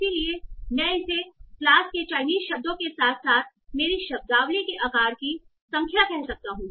इसलिए मैं इसे क्लास के चाइनीस शब्दों के साथ साथ मेरी शब्दावली के आकार की संख्या कह सकता हूं